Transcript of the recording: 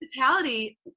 hospitality